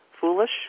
foolish